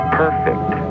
perfect